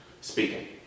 speaking